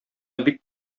бик